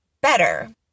better